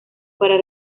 para